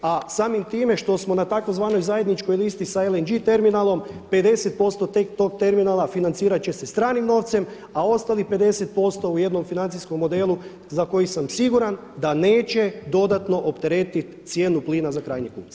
A samim time što smo na tzv. zajedničkoj listi sa LNG terminalom 50% tek tog terminala financirat će se stranim novcem, a ostalim 50% u jednom financijskom modelu za koji sam siguran da neće dodatno opteretiti cijenu plina za krajnjeg kupca.